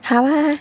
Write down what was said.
好 ah